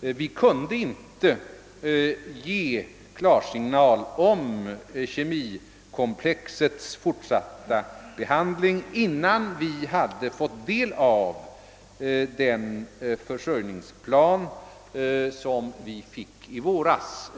vi inte kunde ge klarsignal för kemikomplexets fortsatta behandling förrän vi fått del av den försörjningsplan som vi fick i våras.